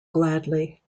gladly